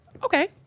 Okay